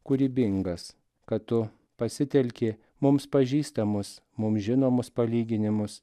kūrybingas kad tu pasitelki mums pažįstamus mums žinomus palyginimus